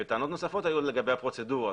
וטענות נוספות היו לגבי הפרוצדורות,